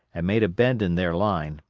and made a bend in their line,